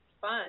fun